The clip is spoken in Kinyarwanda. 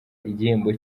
igihembo